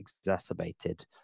exacerbated